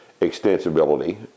extensibility